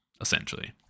essentially